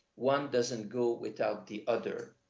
one doesn't go without the other.